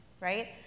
right